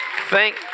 Thank